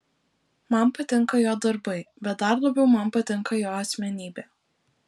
man patinka jo darbai bet dar labiau man patinka jo asmenybė